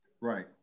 right